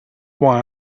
why